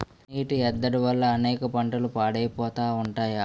నీటి ఎద్దడి వల్ల అనేక పంటలు పాడైపోతా ఉంటాయి